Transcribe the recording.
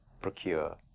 procure